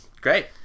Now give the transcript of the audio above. Great